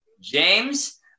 James